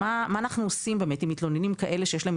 'מה אנחנו עושים עם מתלוננים כאלה שיש להם